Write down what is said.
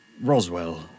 Roswell